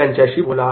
त्यांच्याशी बोला